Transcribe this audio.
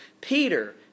Peter